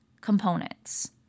components